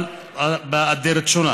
אבל באדרת שונה.